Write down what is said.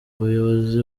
umuyobozi